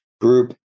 group